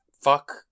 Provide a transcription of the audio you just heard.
Fuck